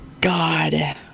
God